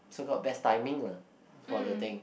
so got have timing for the thing